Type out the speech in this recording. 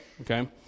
Okay